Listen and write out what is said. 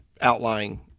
outlying